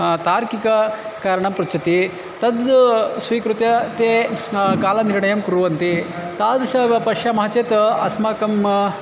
तार्किककारणं पृच्छति तत् स्वीकृत्य ते कालनिर्णयं कुर्वन्ति तादृशं पश्यामः चेत् अस्माकं